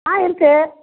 ஆ இருக்குது